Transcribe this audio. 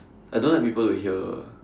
I don't like people to hear ah